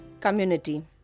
community